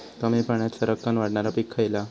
कमी पाण्यात सरक्कन वाढणारा पीक खयला?